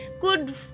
Good